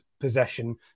possession